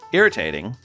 irritating